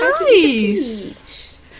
Nice